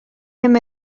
him